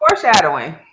foreshadowing